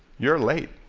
you're late.